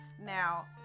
now